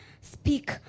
speak